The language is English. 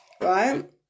right